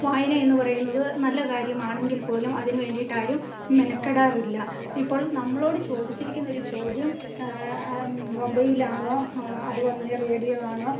വായന എന്നുപറയുന്നത് നല്ല കാര്യമാണെങ്കിൽപ്പോലും അതിന് വേണ്ടിയിട്ടാരും മെനക്കടാറില്ല ഇപ്പോൾ നമ്മളോട് ചോദിച്ചിരിക്കുന്ന ഒരു ചോദ്യം മൊബൈലാണോ അതുപോലെത്തന്നെ റേഡിയോയാണോ